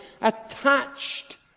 attached